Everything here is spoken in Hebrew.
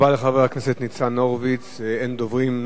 אין דוברים נוספים.